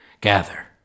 Gather